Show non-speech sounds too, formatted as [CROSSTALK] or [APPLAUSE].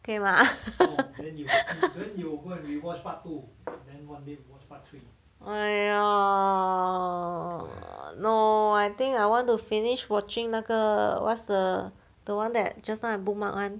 可以吗 [LAUGHS] !aiya! no I think I want to finish watching 那个 what's the the one that just now I bookmark [one]